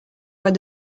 mois